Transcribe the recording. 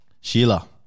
sheila